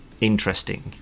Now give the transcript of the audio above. interesting